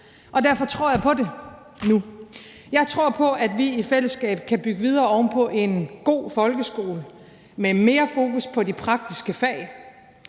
og derfor tror jeg på det nu. Jeg tror på, at vi i fællesskab kan bygge videre oven på en god folkeskole med mere fokus på de praktiske fag,